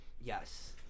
Yes